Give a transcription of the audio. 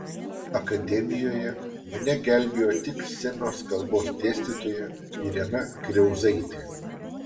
akademijoje mane gelbėjo tik scenos kalbos dėstytoja irena kriauzaitė